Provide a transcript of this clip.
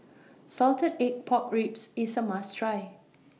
Salted Egg Pork Ribs IS A must Try